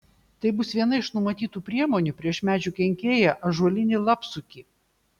tai bus viena iš numatytų priemonių prieš medžių kenkėją ąžuolinį lapsukį